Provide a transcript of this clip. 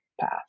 path